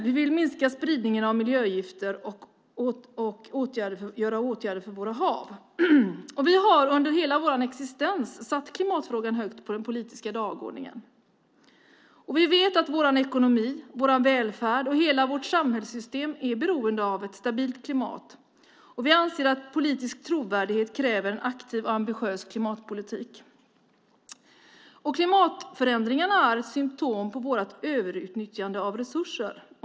Vi vill minska spridning av miljögifter och vidta åtgärder för våra hav. Vi har under hela vår existens satt klimatfrågan högt på den politiska dagordningen. Vi vet att vår ekonomi, vår välfärd och hela vårt samhällssystem är beroende av ett stabilt klimat. Vi anser att politisk trovärdighet kräver en aktiv och ambitiös klimatpolitik. Klimatförändringarna är symtom på vårt överutnyttjande av resurser.